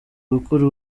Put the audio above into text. gukora